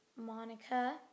Monica